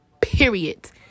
period